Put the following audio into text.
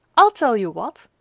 i'll tell you what!